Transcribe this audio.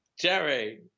Jerry